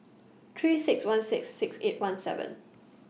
three six one six six eight one seven